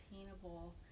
attainable